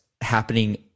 happening